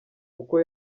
uko